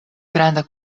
granda